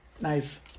Nice